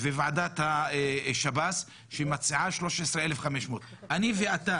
וועדת השב"ס שמציעה 13,500. אני ואתה,